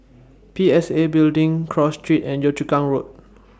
P S A Building Cross Street and Yio Chu Kang Road